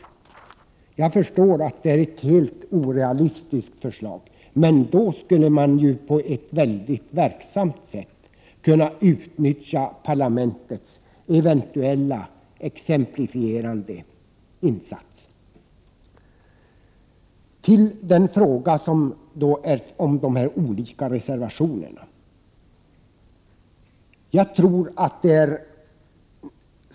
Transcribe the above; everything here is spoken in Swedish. Jag förstår att detta är ett helt orealistiskt förslag, men då skulle man på ett mycket verksamt sätt kunna utnyttja parlamentets eventuella exemplifierande effekt. Till den fråga som de olika reservationerna gäller.